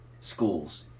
schools